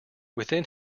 within